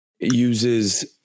uses